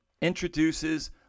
introduces